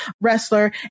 wrestler